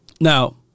Now